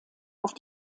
auf